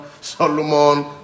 Solomon